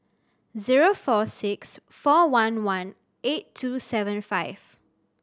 zero four six four one one eight two seven five